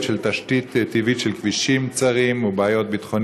וכבר ציטטתי אותו: לא יעקב ייקרא עוד שמך,